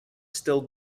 still